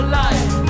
life